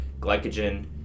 glycogen